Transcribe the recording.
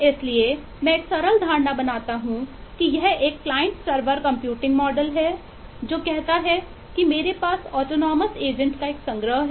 इसलिए मैं एक सरल धारणा बनाता हूं कि यह एक क्लाइंट सर्वर कंप्यूटिंग मॉडल को संदेश भेज सकता है